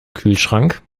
kühlschrank